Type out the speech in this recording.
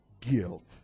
guilt